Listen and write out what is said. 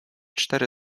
cztery